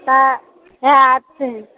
तऽ सेहए छै